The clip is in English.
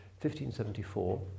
1574